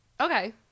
Okay